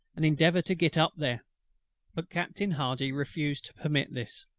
and endeavour to get up there but captain hardy refused to permit this.